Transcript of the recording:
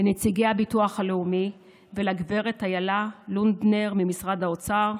לנציגי הביטוח הלאומי ולגב' איילה לונדנר ממשרד האוצר.